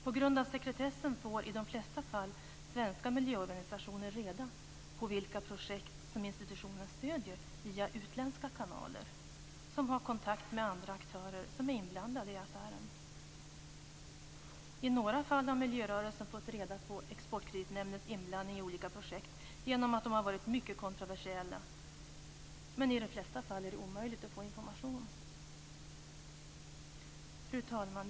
På grund av sekretessen får i de flesta fall svenska miljöorganisationer reda på vilka projekt som institutionen stöder via utländska kanaler som har kontakt med andra aktörer som är inblandade i affären. I några fall har miljörörelsen fått reda på Exportkreditnämndens inblandning i olika projekt genom att de har varit mycket kontroversiella men i de flesta fall är det omöjligt att få information. Fru talman!